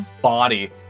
body